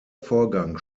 vorgang